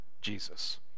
Jesus